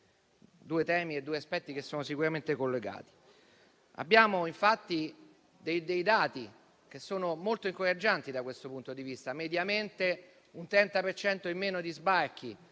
due temi e due aspetti che sono sicuramente collegati. Abbiamo infatti dati molto incoraggianti da questo punto di vista: mediamente, un 30 per cento in meno di sbarchi.